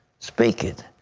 speak it.